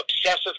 obsessive